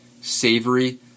savory